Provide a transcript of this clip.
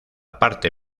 parte